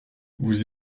vous